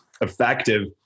effective